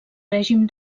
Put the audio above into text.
règim